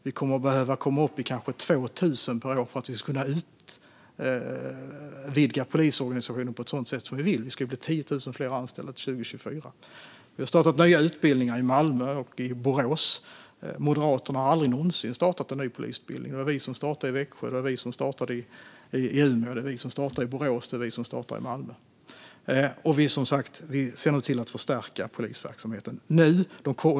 Vi kommer att behöva komma upp i kanske 2 000 per år för att kunna utvidga polisorganisationen på det sätt vi vill - det ska ju bli 10 000 fler anställda till 2024. Vi har startat nya utbildningar i Malmö och i Borås. Moderaterna har aldrig någonsin startat en ny polisutbildning. Det var vi som startade i Växjö. Det var vi som startade i Umeå. Det var vi som startade i Borås. Det var vi som startade i Malmö. Nu ser vi som sagt till att stärka polisverksamheten.